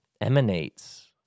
emanates